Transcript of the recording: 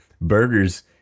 burgers